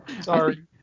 Sorry